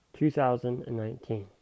2019